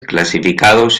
clasificados